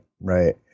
right